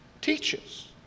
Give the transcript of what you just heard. teaches